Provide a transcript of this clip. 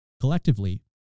collectively